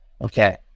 Okay